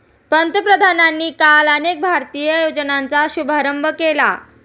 पंतप्रधानांनी काल अनेक भारतीय योजनांचा शुभारंभ केला